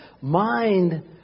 Mind